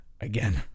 again